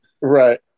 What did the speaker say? right